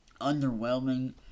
Underwhelming